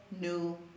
new